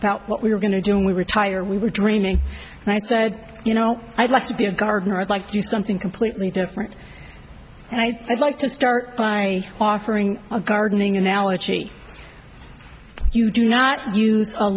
about what we were going to join we retire we were dreaming and i said you know i'd like to be a gardener i'd like to do something completely different and i think like to start by offering a gardening analogy you do not use a